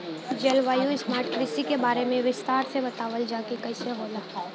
जलवायु स्मार्ट कृषि के बारे में विस्तार से बतावल जाकि कइसे होला?